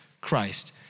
Christ